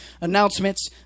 Announcements